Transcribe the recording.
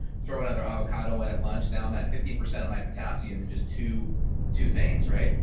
throw another avocado and at lunch down that fifty percent of my potassium and just to two things, right?